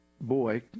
boy